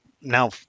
now